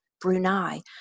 Brunei